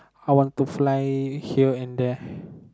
I want to fly here and there